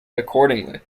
accordingly